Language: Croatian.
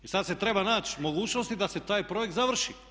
I sad se treba naći mogućnosti da se taj projekt završi.